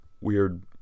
weird